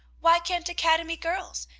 why can't academy girls?